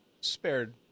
spared